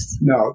No